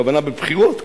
הכוונה בבחירות,